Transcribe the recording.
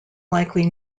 likely